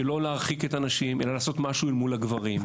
לא להרחיק את הנשים אלא לעשות משהו אל מול הגברים.